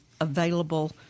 available